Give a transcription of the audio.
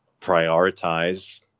prioritize